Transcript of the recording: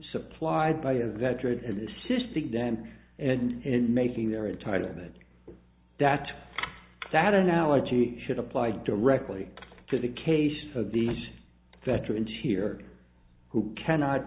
supplied by a veteran and assisting them and making their entitlement that that analogy should apply directly to the case for these veterans here who cannot